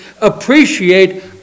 appreciate